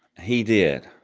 he did.